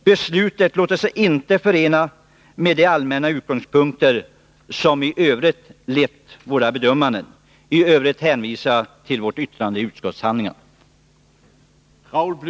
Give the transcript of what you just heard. Beslutet låter sig inte förenas med de allmänna utgångspunkter som i Övrigt lett oss i våra bedömningar. I övrigt hänvisar jag till vårt yttrande, som är fogat vid utskottets betänkande.